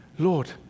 Lord